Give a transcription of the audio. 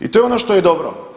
I to je ono što je dobro.